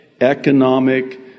economic